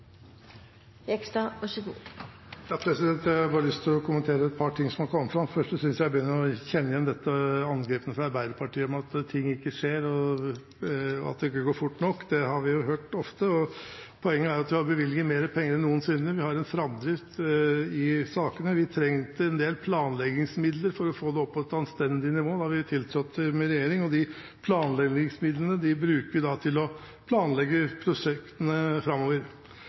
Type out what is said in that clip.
Jeg har bare lyst å kommentere et par ting som har kommet fram. For det første synes jeg at jeg begynner å kjenne igjen dette angrepet fra Arbeiderpartiet om at ting ikke skjer, og at det ikke går fort nok. Det har vi hørt ofte. Poenget er at vi har bevilget mer penger enn noensinne. Vi har en framdrift i sakene. Vi trengte en del planleggingsmidler for å få det opp på et anstendig nivå da vi tiltrådte som regjering. De planleggingsmidlene bruker vi til å planlegge prosjektene framover.